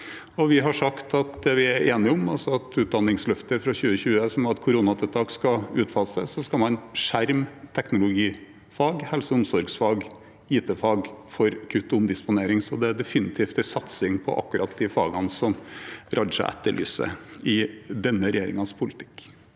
Vi er enige om at utdanningsløftet fra 2020, som hadde koronatiltak, skal utfases, og så skal man skjerme teknologifag, helse- og omsorgsfag og IT-fag for kutt og omdisponeringer. Det er definitivt en satsing på akkurat de fagene representanten Raja etterlyser i denne regjeringens politikk.